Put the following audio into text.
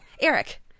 Eric-